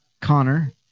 Connor